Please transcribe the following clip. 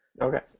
Okay